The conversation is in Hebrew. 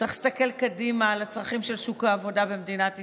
צריך להסתכל קדימה על הצרכים של שוק העבודה במדינת ישראל,